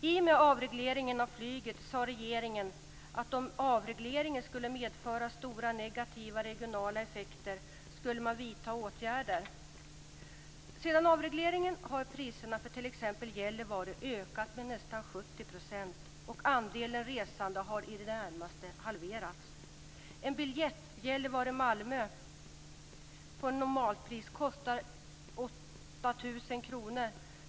I och med avregleringen av flyget sade regeringen att om avregleringen skulle medföra stora negativa regionala effekter skulle man vidta åtgärder. Sedan avregleringen har priserna för resor i t.ex. Gällivare ökat med nästan 70 %. Andelen resande har i det närmaste halverats. Normalpriset för en biljett Gällivare-Malmö är 8 000 kr.